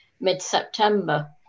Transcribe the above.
mid-September